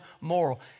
moral